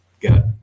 got